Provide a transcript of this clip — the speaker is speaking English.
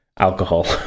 Alcohol